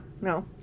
no